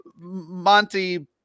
Monty